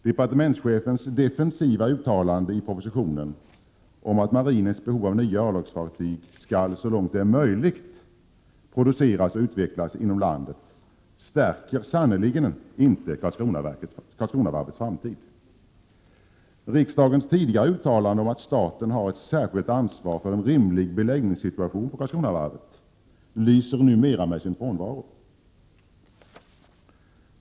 Departementschefens defensiva uttalande i propositionen om att de nya örlogsfartyg som marinen behöver skall så långt det är möjligt produceras och utvecklas inom landet stärker sannerligen inte Karlskronavarvets framtid. Riksdagens tidigare uttalande om att staten har ett särskilt ansvar för en rimlig beläggning på Karlskronavarvet lyser numera med sin frånvaro.